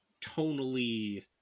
tonally